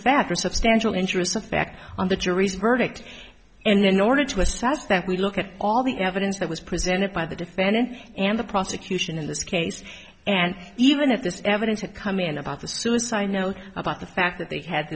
factor substantial interest effect on the jury's verdict and in order to assess that we look at all the evidence that was presented by the defendant and the prosecution in this case and even at this evidence to come in about the suicide note about the fact that they had